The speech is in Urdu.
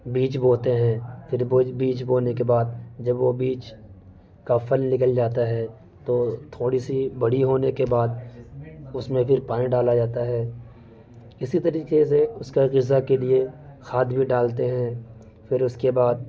بیج بوتے ہیں پھر بیج بونے کے بعد جب وہ بیج کا پھل نکل جاتا ہے تو تھوڑی سی بڑی ہونے کے بعد اس میں پھر پانی ڈالا جاتا ہے اسی طریقے اس کا غذا کے لیے کھاد بھی ڈالتے ہیں پھر اس کے بعد